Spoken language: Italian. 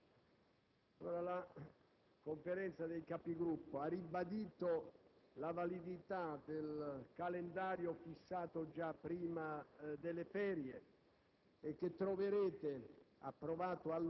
La Conferenza dei Capigruppo ha ribadito la validità del calendario fissato prima delle ferie,